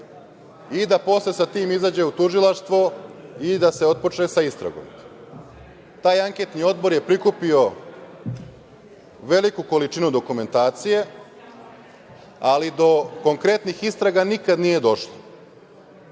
i da posle sa tim izađe u tužilaštvo i da se otpočne sa istragom. Taj anketni odbor je prikupio veliku količinu dokumentacije, ali do konkretnih istraga nikada nije došlo. Država